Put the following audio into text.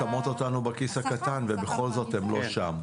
שמות אותנו בכיס הקטן ובכל זאת הן לא שם.